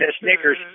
Snickers